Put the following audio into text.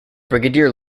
brigadier